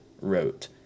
wrote